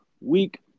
week